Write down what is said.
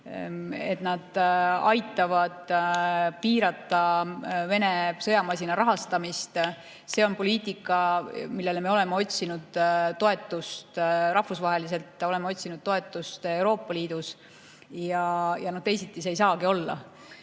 aitaksid piirata Vene sõjamasina rahastamist, on poliitika, millele me oleme otsinud toetust rahvusvaheliselt, oleme otsinud toetust Euroopa Liidus. Teisiti ei saagi olla.